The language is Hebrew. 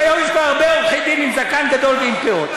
היום יש כבר הרבה עורכי- דין עם זקן גדול ועם פאות.